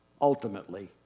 ultimately